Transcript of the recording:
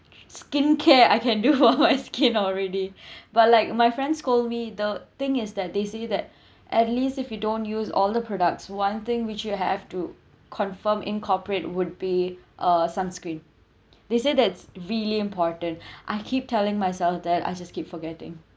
skin care I can do for my skin already but like my friends scold me the thing is that they say that at least if you don't use all the products one thing which you have to confirm incorporate would be a sunscreen they said it's really important I keep telling myself that I just keep forgetting